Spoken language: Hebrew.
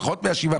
פחות מה-7%.